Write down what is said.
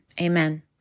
amen